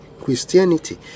Christianity